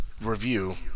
Review